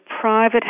private